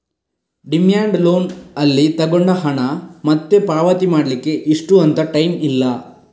demand loan ಅಲ್ಲಿ ತಗೊಂಡ ಹಣ ಮತ್ತೆ ಪಾವತಿ ಮಾಡ್ಲಿಕ್ಕೆ ಇಷ್ಟು ಅಂತ ಟೈಮ್ ಇಲ್ಲ